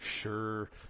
Sure